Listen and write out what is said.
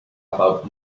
about